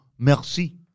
Merci